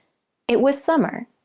it was summer,